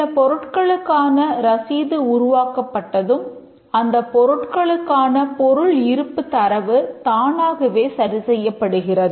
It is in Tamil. சில பொருட்களுக்கான ரசீது உருவாக்கப்பட்டதும் அந்தப் பொருள்களுக்கான பொருள் இருப்புத் தரவு தானாகவே சரி செய்யப்படுகிறது